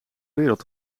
wereld